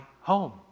home